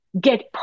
get